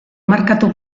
merkatu